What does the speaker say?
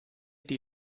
die